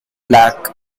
black